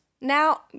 now